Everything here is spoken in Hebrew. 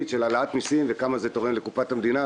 של העלאת מיסים וכמה זה תורם לקופת המדינה.